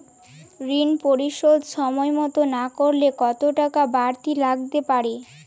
ঋন পরিশোধ সময় মতো না করলে কতো টাকা বারতি লাগতে পারে?